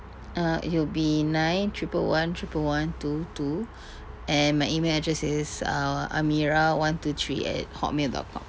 uh it'll be nine triple one triple one two two and my email address is err amira one two three at Hotmail dot com